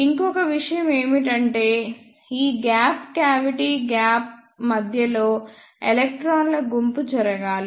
ఇంకొక విషయం ఏమిటంటే ఈ గ్యాప్ క్యావిటీ గ్యాప్ మధ్యలో ఎలక్ట్రాన్ల గుంపు జరగాలి